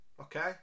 Okay